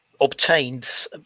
obtained